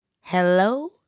Hello